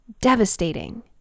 devastating